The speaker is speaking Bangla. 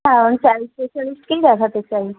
হ্যাঁ আমি চাইল্ড স্পেশালিস্টকেই দেখাতে চাই